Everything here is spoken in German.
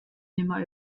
nimmer